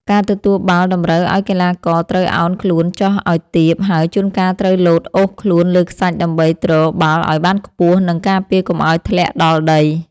ការទទួលបាល់តម្រូវឱ្យកីឡាករត្រូវឱនខ្លួនចុះឱ្យទាបហើយជួនកាលត្រូវលោតអូសខ្លួនលើខ្សាច់ដើម្បីទ្របាល់ឱ្យបានខ្ពស់ និង ការពារកុំឱ្យធ្លាក់ដល់ដី។